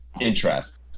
interest